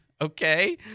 Okay